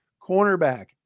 cornerback